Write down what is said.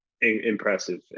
impressive